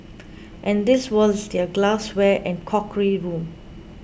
and this was their glassware and crockery room